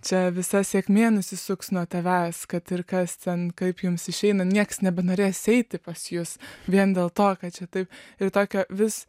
čia visa sėkmė nusisuks nuo tavęs kad ir kas ten kaip jums išeina nieks nebenorės eiti pas jus vien dėl to kad čia taip ir tokio vis